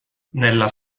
nella